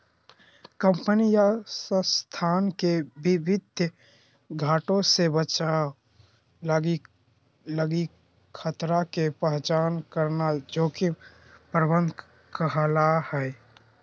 company या संस्थान के वित्तीय घाटे से बचावे लगी खतरा के पहचान करना जोखिम प्रबंधन कहला हय